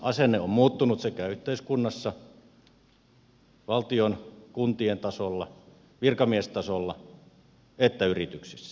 asenne on muuttunut sekä yhteiskunnassa valtion ja kuntien tasolla virkamiestasolla että yrityksissä